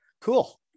Cool